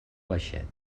baixet